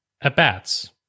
at-bats